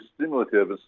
stimulative